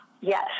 Yes